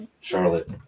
Charlotte